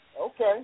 Okay